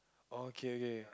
oh okay okay